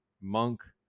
Monk